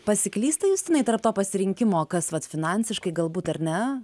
pasiklysta justinai tarp to pasirinkimo kas vat finansiškai galbūt ar ne